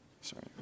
Sorry